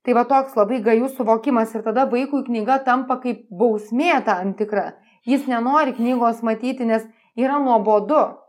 tai va toks labai gajus suvokimas ir tada vaikui knyga tampa kaip bausmė tam tikra jis nenori knygos matyti nes yra nuobodu